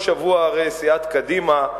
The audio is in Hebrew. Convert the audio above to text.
הרי כל שבוע סיעת קדימה,